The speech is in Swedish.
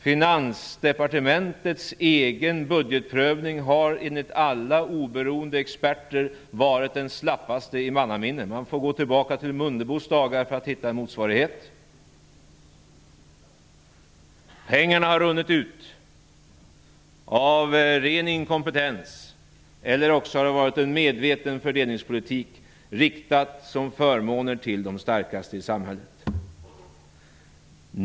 Finansdepartementets egen budgetprövning har enligt alla oberoende experter varit den slappaste i mannaminne. Man får går tillbaka till Mundebos dagar för att hitta en motsvarighet. Pengarna har runnit ut, av ren inkompetens. Eller också har det varit en medveten fördelningspolitik att rikta förmåner till de starkaste i samhället.